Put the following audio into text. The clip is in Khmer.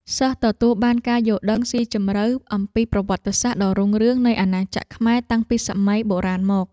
សិស្សទទួលបានការយល់ដឹងស៊ីជម្រៅអំពីប្រវត្តិសាស្ត្រដ៏រុងរឿងនៃអាណាចក្រខ្មែរតាំងពីសម័យបុរាណមក។